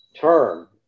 term